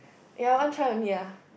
ya I want try again ah